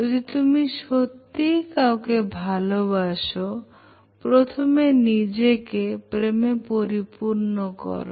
যদি তুমি সত্যি কাউকে ভালোবাসো প্রথমে নিজেকে প্রেমে পরিপূর্ণ করো